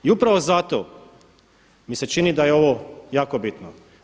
I upravo zato mi se čini da je ovo jako bitno.